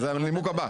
הנימוק הבא.